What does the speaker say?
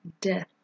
Death